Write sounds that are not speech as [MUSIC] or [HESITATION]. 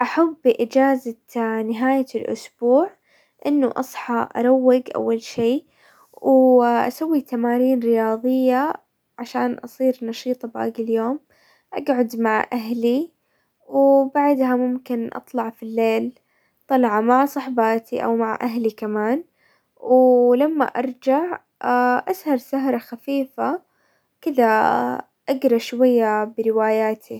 احب اجازة نهاية الاسبوع، انه اصحى اروق اول شي، واسوي تمارين رياضية عشان اصير نشيطة باقي اليوم، اقعد مع اهلي، وبعدها ممكن اطلع في الليل طلعة مع صحباتي او مع اهلي كمان، ولما ارجع [HESITATION] اسهر سهرة خفيفة، كذا [HESITATION] اقرا شوية برواياتي.